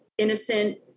innocent